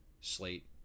slate